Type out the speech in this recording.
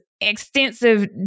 extensive